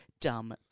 dumb